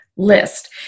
list